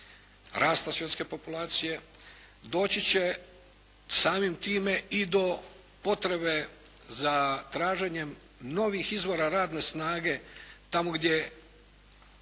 rasta svjetske populacije. Doći će samim time i do potrebe za traženjem novih izvora radne snage tamo gdje